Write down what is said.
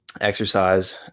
exercise